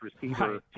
receiver